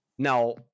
Now